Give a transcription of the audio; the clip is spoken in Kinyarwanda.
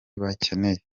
bakeneye